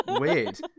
Weird